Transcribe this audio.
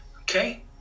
okay